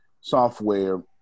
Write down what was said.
software